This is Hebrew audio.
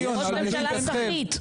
ראש הממשלה סחיט.